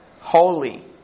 holy